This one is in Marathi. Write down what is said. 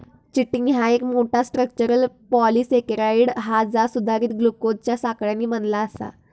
चिटिन ह्या एक मोठा, स्ट्रक्चरल पॉलिसेकेराइड हा जा सुधारित ग्लुकोजच्या साखळ्यांनी बनला आसा